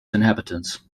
inhabitants